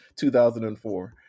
2004